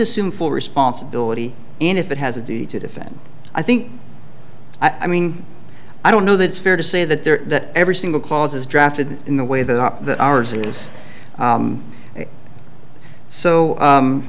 assume full responsibility and if it has a duty to defend i think i mean i don't know that it's fair to say that there is that every single clauses drafted in the way that up the hours it is so